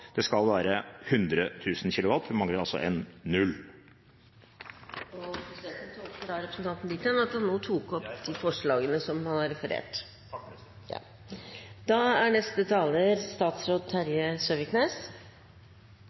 Det skal være 100 000 kW. Det mangler altså en null. Presidenten tolker representanten dit hen at han nå tok opp forslagene som han refererte til. Ja,